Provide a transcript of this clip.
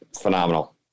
phenomenal